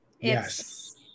Yes